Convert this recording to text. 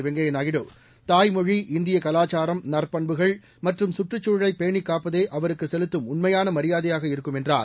வெங்கைய நாயுடு தாய்மொழி இந்திய கவாச்சாரம் நற்பண்புகள் மற்றும் கற்றுச் சூழலை பேணி பாதுகாப்பதே அவருக்கு செலுத்தும் உண்மையான மரியாதையாக இருக்கும் என்றார்